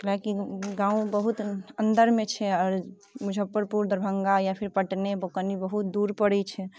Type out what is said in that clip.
एतबे कि गाँव बहुत अंदरमे छै आओर मुजफ्फरपुर दरभङ्गा या फेर पटने कनि बहुत दूर पड़ैत छै